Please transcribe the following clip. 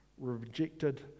rejected